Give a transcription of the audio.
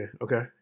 Okay